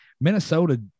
Minnesota